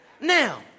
now